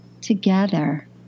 together